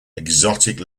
exotic